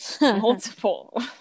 multiple